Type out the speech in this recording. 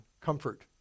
comfort